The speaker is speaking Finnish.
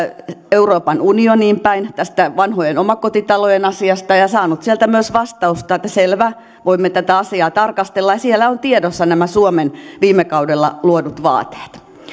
euroopan unioniin päin tästä vanhojen omakotitalojen asiasta ja saanut sieltä myös vastausta että selvä voimme tätä asiaa tarkastella ja siellä ovat tiedossa nämä suomen viime kaudella luodut vaateet